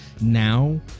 now